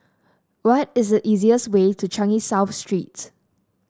what is the easiest way to Changi South Street